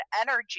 energy